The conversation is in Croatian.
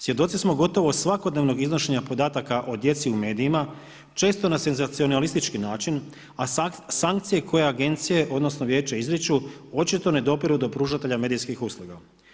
Svjedoci smo gotovo svakodnevnog iznošenja podataka o djeci u medijima, često na senzacionalistički način, a sankcije koje agencije odnosno vijeće izriču očito ne dopiru do pružatelja medijskih usluga.